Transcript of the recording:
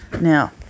now